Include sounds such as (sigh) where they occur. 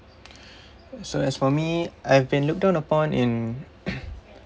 (breath) so as for me I've been looked down upon in (coughs)